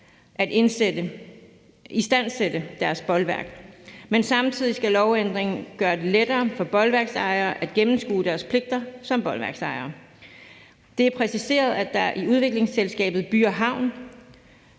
at istandsætte deres bolværk, men samtidig skal lovændringen gøre det lettere for bolværksejere at gennemskue deres pligter som bolværksejere. Det er præciseret, at det er Udviklingsselskabet By & Havn,